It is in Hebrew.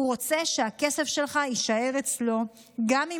הוא רוצה שהכסף שלך יישאר אצלו גם אם